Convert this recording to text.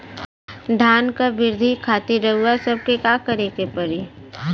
धान क वृद्धि खातिर रउआ सबके का करे के पड़ी?